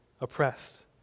oppressed